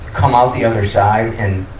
come out the other side and,